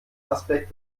aspekt